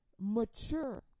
mature